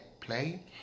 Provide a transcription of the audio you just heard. play